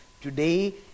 today